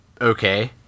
Okay